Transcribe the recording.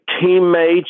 teammates